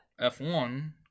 F1